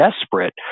desperate